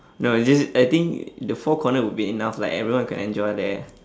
no it's just I think the four corner will be enough like everyone can enjoy there